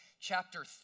chapter